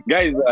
Guys